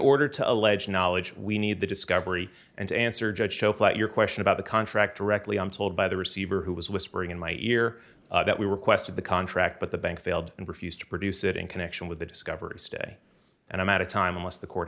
order to allege knowledge we need the discovery and to answer judge show flight your question about the contract directly i'm told by the receiver who was whispering in my ear that we requested the contract but the bank failed and refused to produce it in connection with the discovery stay and i'm out of time unless the court